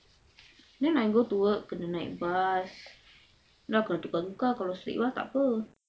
then I go to work kena naik bas nak tukar-tukar kalau tak apa